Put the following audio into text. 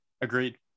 Agreed